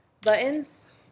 buttons